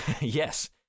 Yes